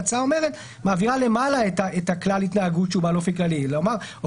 ההצעה מעבירה למעלה את כלל ההתנהגות שהוא בעל אופי כללי: "אסדרה"